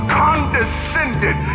condescended